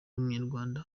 n’umunyarwanda